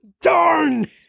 darn